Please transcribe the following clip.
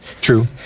True